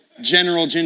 General